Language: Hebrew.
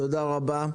תודה רבה.